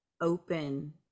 open